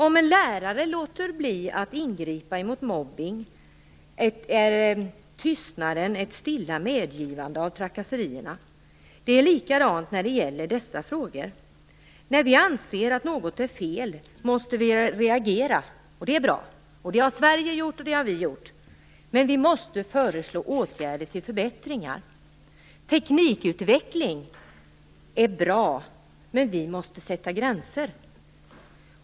Om en lärare låter bli att ingripa mot mobbning är tystnaden ett stilla medgivande av trakasserierna. Det är likadant när det gäller dessa frågor. När vi anser att något är fel måste vi reagera, och det är bra. Det har Sverige gjort, och det har vi gjort. Men vi måste föreslå åtgärder till förbättringar. Teknikutveckling är bra, men vi måste sätta gränser.